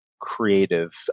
creative